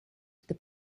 the